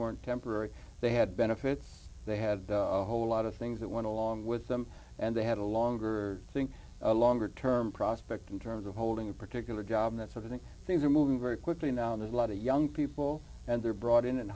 weren't temporary they had benefits they had a whole lot of things that went along with them and they had a longer thing a longer term prospect in terms of holding a particular job that's i think things are moving very quickly now there's a lot of young people and they're brought in and